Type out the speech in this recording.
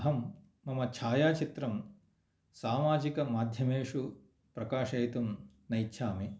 अहं मम छायाचित्रं सामजिकमाध्यमेषु प्रकाशयितुं न इच्छामि